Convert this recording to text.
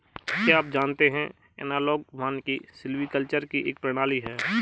क्या आप जानते है एनालॉग वानिकी सिल्वीकल्चर की एक प्रणाली है